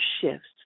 shifts